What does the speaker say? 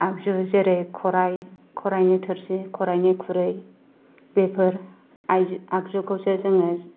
आगजु जेरै खराइ खराइनि थो रसि खराइनि खुरै बेफोर आगजुखौसो जोङो